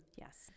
yes